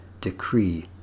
decree